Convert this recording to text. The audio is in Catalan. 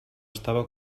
estava